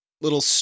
little